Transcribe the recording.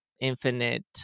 infinite